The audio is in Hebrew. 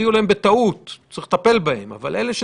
נמצאים בטעות בבידוד.